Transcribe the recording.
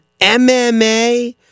MMA